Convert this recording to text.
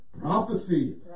Prophecy